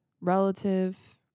relative